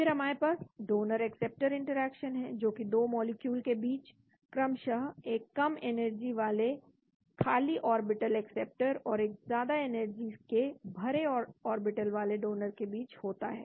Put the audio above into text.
फिर हमारे पास डोनर एक्सेप्टर इंटरेक्शन है जो कि दो मॉलिक्यूल के बीच क्रमश एक कम एनर्जी वाले खाली ऑर्बिटल एक्सेप्टेर और एक ज्यादा एनर्जी के भरे ऑर्बिटल वाले डोनर के बीच होता है